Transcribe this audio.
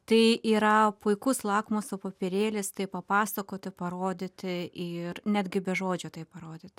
tai yra puikus lakmuso popierėlis tai papasakoti parodyti ir netgi be žodžio tai parodyt